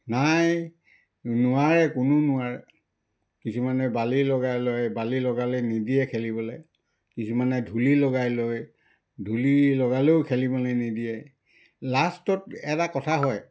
নাই নোৱাৰে কোনেও নোৱাৰে কিছুমানে বালি লগাই লয় বালি লগালে নিদিয়ে খেলিবলৈ কিছুমানে ধূলি লগাই লয় ধূলি লগালেও খেলিবলৈ নিদিয়ে লাষ্টত এটা কথা হয়